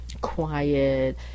quiet